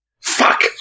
Fuck